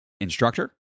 instructor